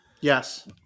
Yes